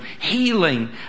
healing